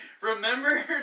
Remember